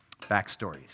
backstories